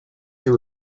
your